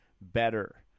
better